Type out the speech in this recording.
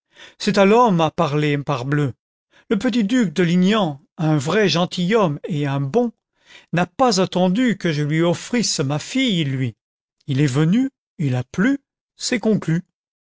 c'est à l'homme à parler morbleu le petit duc de lignant un vrai gentilhomme et un bon n'a pas attendu que je lui offrisse ma fille lui i ii est venu il a plu c'est conclu